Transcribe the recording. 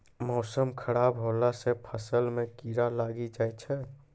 मौसम खराब हौला से फ़सल मे कीड़ा लागी जाय छै?